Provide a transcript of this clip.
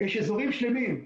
יש אזורים שלמים,